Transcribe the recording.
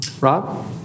Rob